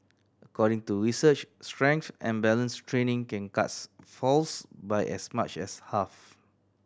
according to research strength and balance training can cuts falls by as much as half